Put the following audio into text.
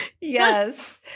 Yes